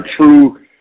true